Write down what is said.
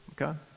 okay